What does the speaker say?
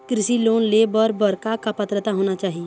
कृषि लोन ले बर बर का का पात्रता होना चाही?